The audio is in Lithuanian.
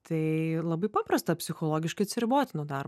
tai labai paprasta psichologiškai atsiriboti nuo daro